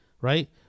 Right